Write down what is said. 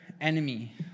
enemy